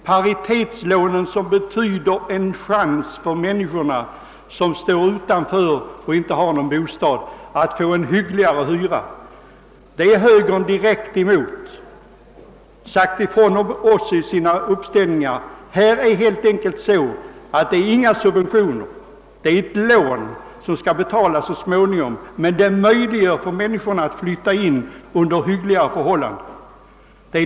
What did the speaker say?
Dessa lån betyder en chans för människor med små inkomster som inte har någon bostad att få en bostad till hygglig hyra. Högern går direkt emot detta. Här utgår helt enkelt inga subventioner, utan det är fråga om ett lån som skall betalas så småningom. Paritetslånen möjliggör för människorna att kunna flytta in under hyggliga ekonomiska förhållanden.